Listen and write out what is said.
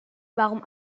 warum